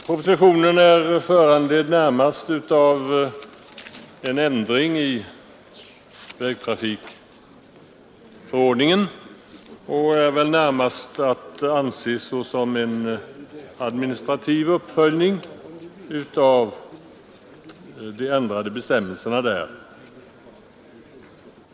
Propositionen är föranledd av en ändring i vägtrafikförordningen och är närmast att anses som en administrativ uppföljning av de ändrade bestämmelserna där.